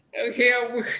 Okay